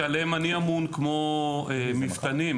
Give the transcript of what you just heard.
שעליהן אני אמון, כמו מפתנים,